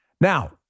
Now